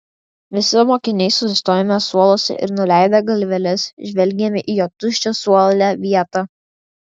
visi mokiniai sustojome suoluose ir nuleidę galveles žvelgėme į jo tuščią suole vietą